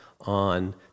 on